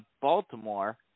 Baltimore